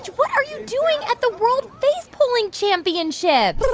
what are you doing at the world face pulling championships?